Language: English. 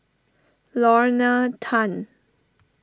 Lorna Tan